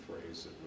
phrase